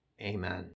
Amen